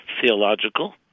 theological